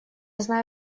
знаю